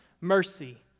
mercy